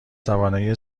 توانایی